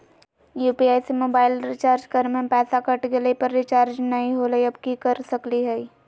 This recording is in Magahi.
यू.पी.आई से मोबाईल रिचार्ज करे में पैसा कट गेलई, पर रिचार्ज नई होलई, अब की कर सकली हई?